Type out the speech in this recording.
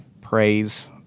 Praise